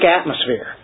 atmosphere